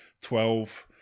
twelve